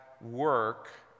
work